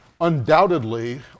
undoubtedly